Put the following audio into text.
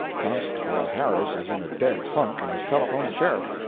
constable harris is in a dead funk, and has telephoned the sheriff.